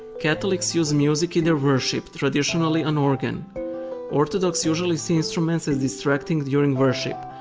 catholics use music in their worship, traditionally an organ orthodox usually see instruments as distracting during worship,